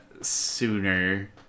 sooner